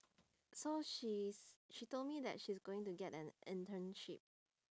so she's she told me that she's going to get an internship